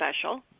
special